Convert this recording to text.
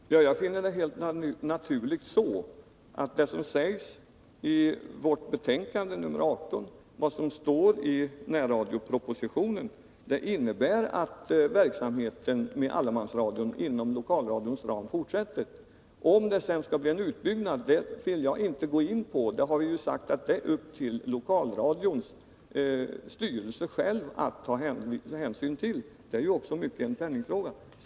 Fru talman! Jag finner det helt naturligt att det som sägs i vårt betänkande nr 18 och vad som står i närradiopropositionen innebär att verksamheten med allemansradion inom lokalradions ram fortsätter. Huruvida det sedan skall bli en utbyggnad vill jag inte gå in på. Vi har sagt att det är lokalradions styrelse som har att ta ställning till det. Det är ju också i mycket en penningfråga.